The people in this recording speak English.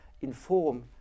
inform